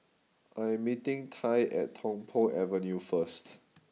I am meeting Tai at Tung Po Avenue first